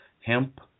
hemp